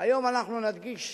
היום אנחנו נדגיש